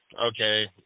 okay